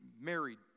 married